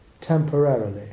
temporarily